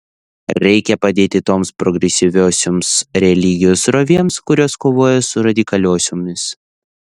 reikia padėti toms progresyviosioms religijų srovėms kurios kovoja su radikaliosiomis